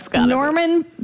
Norman